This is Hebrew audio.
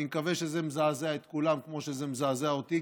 אני מקווה שזה מזעזע את כולם כמו שזה מזעזע אותי,